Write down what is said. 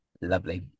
Lovely